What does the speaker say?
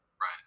Right